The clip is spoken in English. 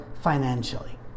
financially